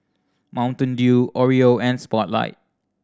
Mountain Dew Oreo and Spotlight